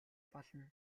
болно